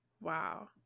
Wow